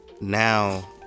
Now